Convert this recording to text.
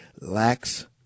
lacks